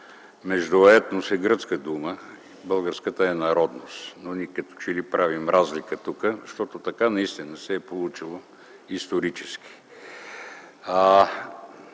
„етнос” е гръцка дума, българската е „народност”, но ние като че ли правим разлика тук, защото така се е получило исторически.